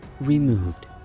removed